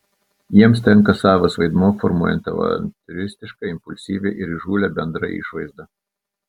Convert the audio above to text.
jiems tenka savas vaidmuo formuojant avantiūristišką impulsyvią ir įžūlią bendrą išvaizdą